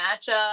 matchup